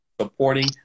supporting